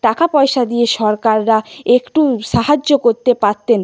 টাকা পয়সা দিয়ে সরকাররা একটু সাহায্য করতে পারতেন